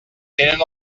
tenen